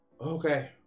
okay